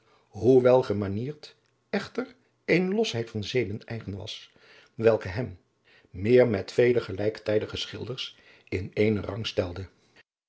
hoe welgemanierd echter eene losheid van zeden eigen was welke hem meer met vele gelijktijdige schilders in éénen rang stelde